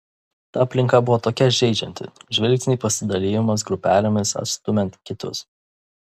ta aplinka buvo tokia žeidžianti žvilgsniai pasidalijimas grupelėmis atstumiant kitus